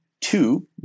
two